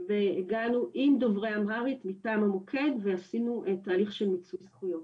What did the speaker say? והגענו עם דוברי אמהרית מטעם המוקד ועשינו תהליך של מיצוי זכויות.